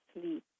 sleep